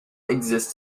exist